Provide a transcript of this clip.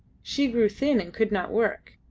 she grew thin and could not work.